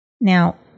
Now